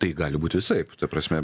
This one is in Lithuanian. tai gali būt visaip ta prasme